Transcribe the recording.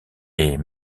est